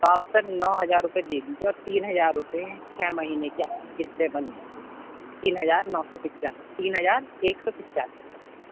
تو آپ سر نو ہزار روپئے دے دیجیے اور تین ہزار روپئے چھ مہینے کی آپ کی قسطیں بن جائیں گی تین ہزار نو سو پچاس تین ہزار ایک سو پچانوے روپئے کی